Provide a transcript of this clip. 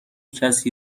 کسی